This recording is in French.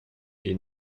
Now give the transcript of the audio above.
est